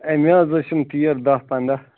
اَمے حظ ٲسِم تیٖر دَہ پَنٛداہ